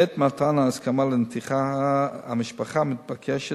בעת מתן ההסכמה לנתיחה המשפחה מתבקשת